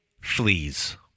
fleas